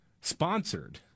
sponsored